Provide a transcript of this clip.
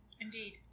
Indeed